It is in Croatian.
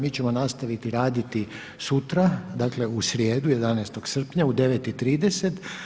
Mi ćemo nastaviti raditi sutra, dakle, u srijedu 11. srpnja u 9,30.